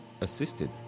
Assisted